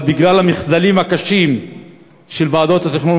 אבל בגלל המחדלים הקשים של ועדות התכנון